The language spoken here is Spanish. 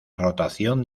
rotación